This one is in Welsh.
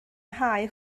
nghae